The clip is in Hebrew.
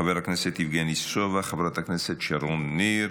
חבר הכנסת יבגני סובה, חברת הכנסת שרון ניר,